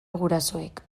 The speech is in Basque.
gurasoek